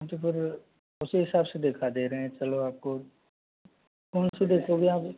अच्छा फिर उसी हिसाब से दिखा दे रहे हैं चलो आपको कौन सी देखोगे आप